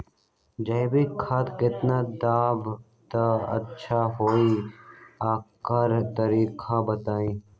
जैविक खाद केतना देब त अच्छा होइ ओकर तरीका बताई?